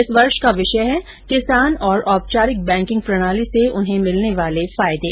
इस वर्ष का विषय है किसान और औपचारिक बैकिंग प्रणाली से उन्हें मिलने वाले फायदे